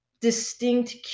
distinct